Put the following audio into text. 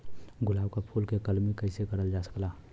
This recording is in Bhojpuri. गुलाब क फूल के कलमी कैसे करल जा सकेला?